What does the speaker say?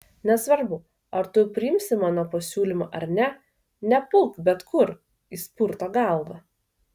nesvarbu ar tu priimsi mano pasiūlymą ar ne nepulk bet kur jis purto galvą